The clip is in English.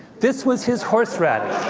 this was his horseradish.